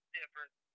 different